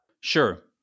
Sure